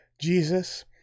Jesus